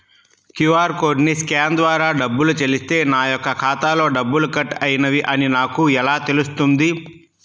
QR కోడ్ని scan ద్వారా డబ్బులు చెల్లిస్తే నా యొక్క ఖాతాలో డబ్బులు కట్ అయినవి అని నాకు ఎలా తెలుస్తుంది?